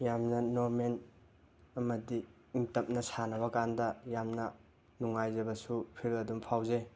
ꯌꯥꯝꯅ ꯅꯣꯔꯃꯦꯜ ꯑꯃꯗꯤ ꯏꯪ ꯇꯞꯅ ꯁꯥꯟꯅꯕꯀꯥꯟꯗ ꯌꯥꯝꯅ ꯅꯨꯡꯉꯥꯏꯖꯕꯁꯨ ꯐꯤꯜ ꯑꯗꯨꯝ ꯐꯥꯎꯖꯩ